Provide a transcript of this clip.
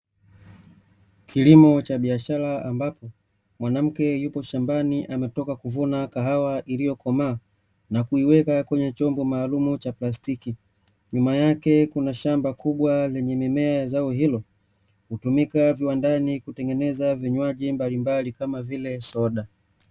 Kilimo cha biashara ambapo mwanamke yupo shambani ametoka kuvuna kahawa iliyokomaa na kuiweka kwenye chombo maalumu cha plastiki. Nyuma yake kuna shamba kubwa lenye mimea ya zao hilo. Hutumika viwandani kutengeneza vinywaji mbalimbali kama vile soda.